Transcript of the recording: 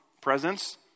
Presence